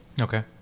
Okay